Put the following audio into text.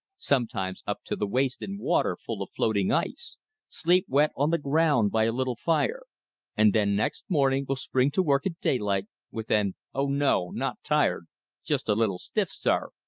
sometimes up to the waist in water full of floating ice sleep wet on the ground by a little fire and then next morning will spring to work at daylight with an oh, no, not tired just a little stiff, sir!